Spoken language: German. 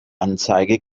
anzeige